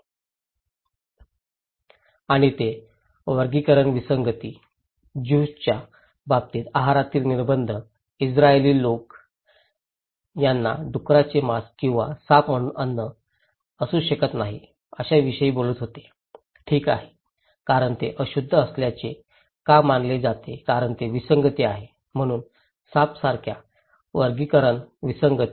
आणि ते वर्गीकरणीय विसंगती ज्यूंच्या बाबतीत आहारातील निर्बंध इस्त्रायली लोक ज्यांना डुकराचे मांस किंवा साप म्हणून अन्न असू शकत नाही अशा विषयी बोलत होते ठीक आहे कारण ते अशुद्ध असल्याचे का मानले जाते कारण ते विसंगती आहेत म्हणून साप सारख्या वर्गीकरण विसंगती